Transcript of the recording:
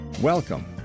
Welcome